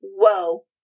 whoa